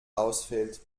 ausfällt